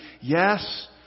Yes